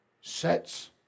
Sets